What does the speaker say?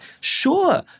sure